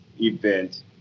event